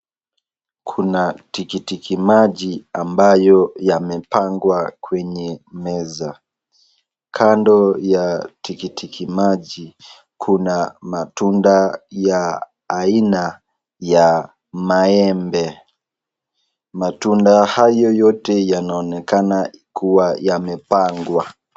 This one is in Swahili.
Kuna tikiti maji ambayo yamepangwa kwenye meza, kando ya tikiti maji kuna matunda ya aina ya maembe, matunda hayo yote yanaonekana kuwa yamepangwa.